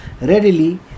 readily